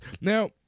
now